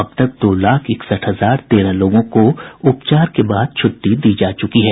अब तक दो लाख इकसठ हजार तेरह लोगों को उपचार के बाद छुट्टी दी जा चुकी है